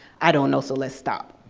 i don't know so let's stop.